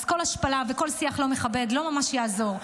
אז כל השפלה וכל שיח לא מכבד לא ממש יעזרו,